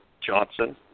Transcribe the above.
Johnson